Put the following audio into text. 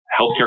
healthcare